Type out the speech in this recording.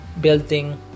building